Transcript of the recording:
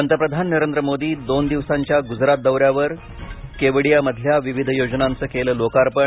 पंतप्रधान नरेंद्र मोदी दोन दिवसांच्या गुजरात दौऱ्यावर केवडियामधल्या विविध योजनांचं केलं लोकार्पण